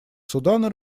судана